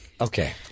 Okay